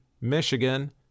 Michigan